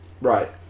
Right